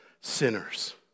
sinners